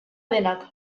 denak